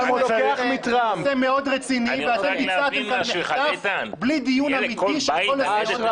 זה נושא מאוד רציני ואתם ביצעתם כאן מחטף בלי דיון אמיתי של כל הסיעות.